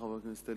חבר הכנסת אלקין,